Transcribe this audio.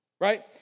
Right